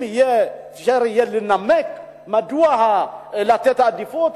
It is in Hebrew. אם אפשר יהיה לנמק מדוע לתת עדיפות,